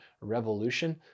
revolution